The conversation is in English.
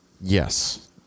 yes